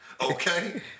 Okay